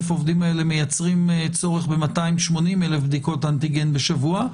העובדים האלה מייצרים צורך ב-280,000 בדיקות אנטיגן בשבוע.